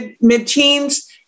mid-teens